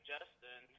Justin